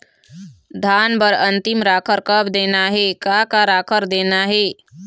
धान बर अन्तिम राखर कब देना हे, का का राखर देना हे?